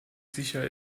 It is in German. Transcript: sicher